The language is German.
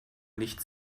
nicht